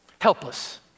helpless